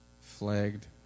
flagged